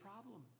problem